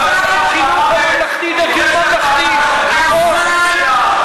החינוך הממלכתי-דתי הוא ממלכתי, נכון.